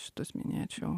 šitus minėčiau